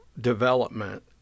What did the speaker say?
development